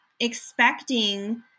expecting